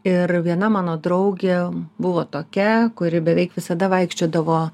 ir viena mano draugė buvo tokia kuri beveik visada vaikščiodavo